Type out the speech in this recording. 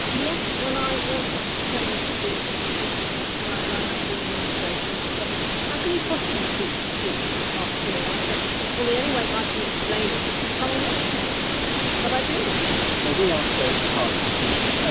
yes, when i wanted to train to be a suzuki teacher, i rang up the administrator and she said how can you possibly teach the flute if you can't see? and i said well, the only way i can explain is if you come and watch me but i do well, we aren't so hard to please, ah